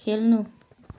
खेल्नु